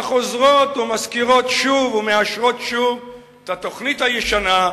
החוזרות ומזכירות שוב ומאשרות שוב את התוכנית הישנה: